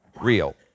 real